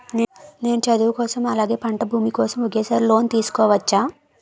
నేను చదువు కోసం అలాగే పంట భూమి కోసం ఒకేసారి లోన్ తీసుకోవచ్చా?